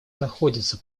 находится